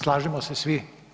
Slažemo se svi?